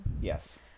Yes